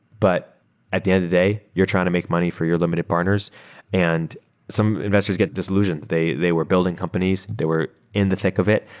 but at the end of the day, you're trying to make money for your limited partners and some investors get disillusioned. they they were building companies. they were in the thick of it,